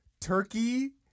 turkey